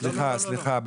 סליחה סליחה,